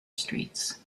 streets